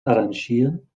arrangieren